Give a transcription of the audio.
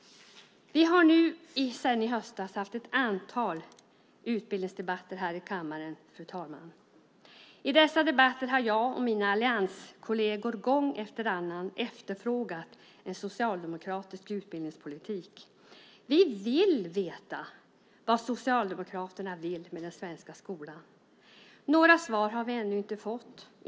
Vi har sedan i höstas haft ett antal utbildningsdebatter här i kammaren, fru talman. I dessa debatter har jag och mina allianskolleger gång efter annan efterfrågat en socialdemokratisk utbildningspolitik. Vi vill veta vad Socialdemokraterna vill med den svenska skolan. Några svar har vi ännu inte fått.